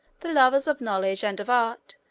the lovers of knowledge and of art,